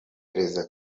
perezida